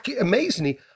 amazingly